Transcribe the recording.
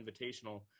Invitational